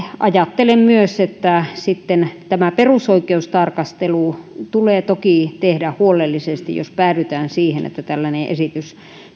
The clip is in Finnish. ajattelen myös että sitten tämä perusoikeustarkastelu tulee toki tehdä huolellisesti jos päädytään siihen että tällainen esitys